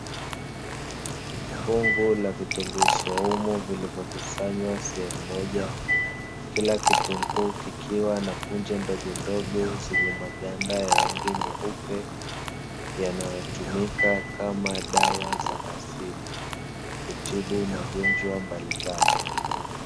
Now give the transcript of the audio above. Fungu la vitunguu swaumu vilivyokusanywa sehemu moja, kila kitunguu kikiwa na punje ndogondogo zenye maganda ya rangi nyeupe, yanayotumika kama dawa za asili kutibu magonjwa mbalimbali.